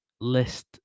list